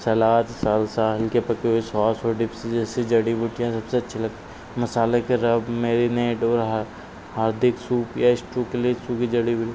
सलाद salsa इनके पके हुए शॉस और डिप्स जैसी जड़ी बूटियाँ सबसे अच्छी लग मसाले के रब मेरीनेट और हाँ हार्दिक सूप या इस्टू के लिए सूखी जड़ी